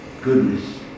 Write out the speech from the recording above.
goodness